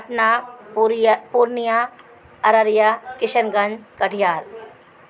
Patna Purnia Purnia Araria Kishanganj Katihar